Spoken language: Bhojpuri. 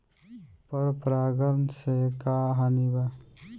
पर परागण से का हानि बा?